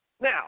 Now